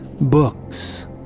books